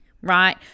right